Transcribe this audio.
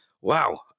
Wow